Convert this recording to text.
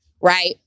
right